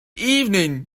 evening